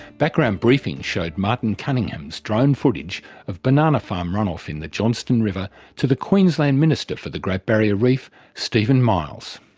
background briefing showed martin cunningham's drone footage of banana farm run-off in the johnstone river to the queensland minister for the great barrier reef, steven miles.